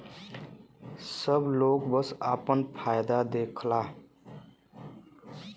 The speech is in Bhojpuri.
सब लोग बस आपन फायदा देखला